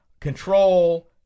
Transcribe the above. control